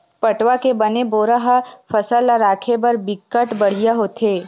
पटवा के बने बोरा ह फसल ल राखे बर बिकट बड़िहा होथे